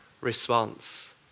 response